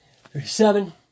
thirty-seven